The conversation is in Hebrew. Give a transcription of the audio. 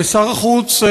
ושר החוץ,